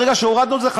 ברגע שהורדנו את זה,